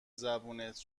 زبونت